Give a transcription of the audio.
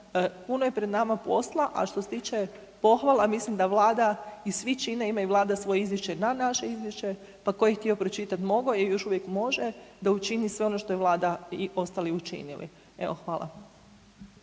puno je pred nama posla, a što se tiče pohvala mislim vlada i svi čine, ima i vlada svoje izvješće na naše izvješće, pa ko je htio pročitat mogo je i još uvijek može da učini sve ono što je vlada i ostali učinili. Evo, hvala.